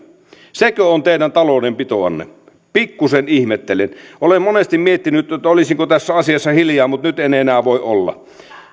sekö on teidän taloudenpitoanne pikkuisen ihmettelen olen monesti miettinyt olisinko tässä asiassa hiljaa mutta nyt en enää voi olla